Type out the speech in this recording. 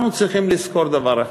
אנחנו צריכים לזכור דבר אחד: